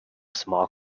small